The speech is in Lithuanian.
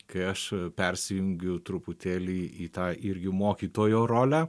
kai aš persijungiu truputėlį į tą irgi mokytojo rolę